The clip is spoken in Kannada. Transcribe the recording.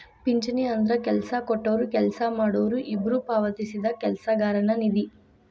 ಪಿಂಚಣಿ ಅಂದ್ರ ಕೆಲ್ಸ ಕೊಟ್ಟೊರು ಕೆಲ್ಸ ಮಾಡೋರು ಇಬ್ಬ್ರು ಪಾವತಿಸಿದ ಕೆಲಸಗಾರನ ನಿಧಿ